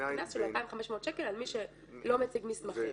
קנס של 2,500 שקל על מי שלא מציג מסמכים.